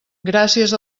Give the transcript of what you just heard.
gràcies